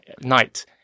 Night